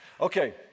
Okay